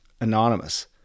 anonymous